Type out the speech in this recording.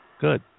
Good